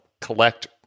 collect